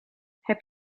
heb